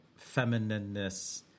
feminineness